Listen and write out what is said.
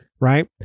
right